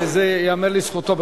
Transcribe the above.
וזה ייאמר לזכותו.